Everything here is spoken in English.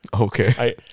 Okay